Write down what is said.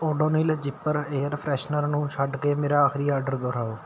Odonil zipper air freshener ਨੂੰ ਛੱਡ ਕੇ ਮੇਰਾ ਆਖਰੀ ਆਡਰ ਦੁਹਰਾਓ